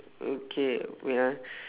okay wait ah